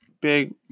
big